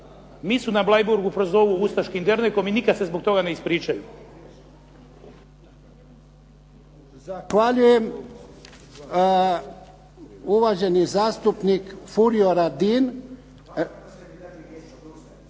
nisu na Bleiburgu prozovu ustaškim dernekom i nikad se zbog toga ne ispričaju.